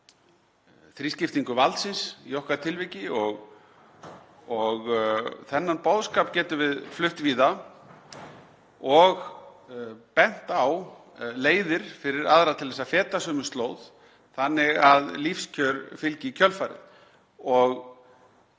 þrískiptingu valdsins í okkar tilviki. Og þennan boðskap getum við flutt víða og bent á leiðir fyrir aðra til að feta sömu slóð þannig að lífskjör fylgi í kjölfarið.